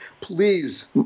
Please